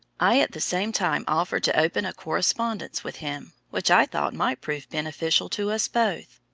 i at the same time offered to open a correspondence with him, which i thought might prove beneficial to us both.